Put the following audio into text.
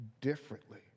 differently